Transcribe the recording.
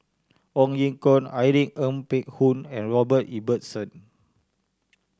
Ong Ye Kung Irene Ng Phek Hoong and Robert Ibbetson